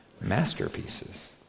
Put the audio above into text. masterpieces